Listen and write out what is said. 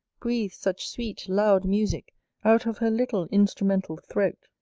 breathes such sweet loud musick out of her little instrumental throat,